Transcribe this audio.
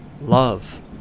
Love